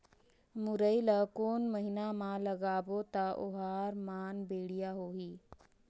मुरई ला कोन महीना मा लगाबो ता ओहार मान बेडिया होही?